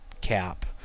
cap